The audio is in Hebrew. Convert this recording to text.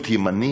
להיות ימני